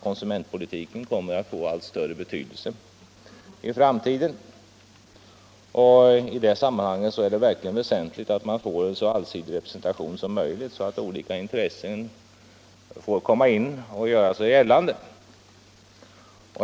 Konsumentpolitiken kommer ju att få allt större betydelse i framtiden och därför är det verkligen väsentligt med en så allsidig representation som möjligt i konsumentverkets styrelse, så att olika intressen kan göra sig gällande.